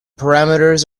parameters